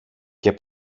και